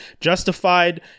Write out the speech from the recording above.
Justified